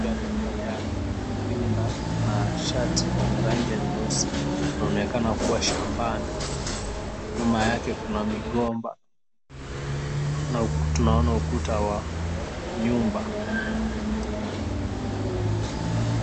Mwanamke aliyevalia rinda na shati yenye rangi ya nyeusi anaonekana kuwa shambani. Nyuma yake kuna migomba na tunaona ukuta wa nyumba